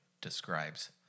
describes